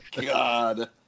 god